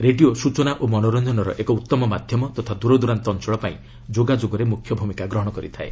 radio ସ୍ବଚନା ଓ ମନୋରଞ୍ଜନର ଏକ ଉତ୍ତମ ମାଧ୍ୟମ ତଥା ଦୂରଦୂରାନ୍ତ ଅଞ୍ଚଳ ପାଇଁ ଯୋଗାଯୋଗରେ ମୁଖ୍ୟ ଭୂମିକା ଗ୍ରହଣ କରିଥାଏ